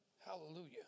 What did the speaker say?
Hallelujah